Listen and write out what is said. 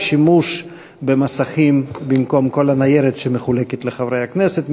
ושימוש במסכים במקום כל הניירת שמחולקת לחברי הכנסת,